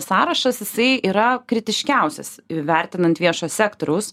sąrašas jisai yra kritiškiausias vertinant viešo sektoriaus